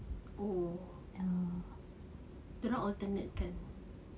oh dorang alternate kan